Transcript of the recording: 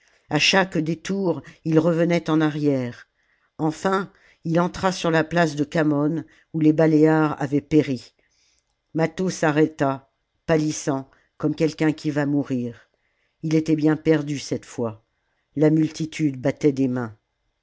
à chaque détour il revenait en arrière enfin il entra sur la place de khamon où les baléares avaient péri mâtho s'arrêta pâlissant comme quelqu'un qui va mourir il était bien perdu cette fois la multitude battait des mains